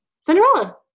Cinderella